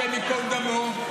השם ייקום דמו,